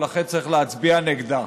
ולכן צריך להצביע נגדה.